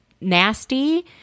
nasty